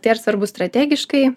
tai ar svarbu strategiškai